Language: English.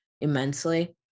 immensely